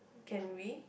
can we